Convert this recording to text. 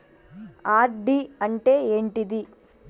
RD అంటే ఏంటిది?